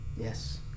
Yes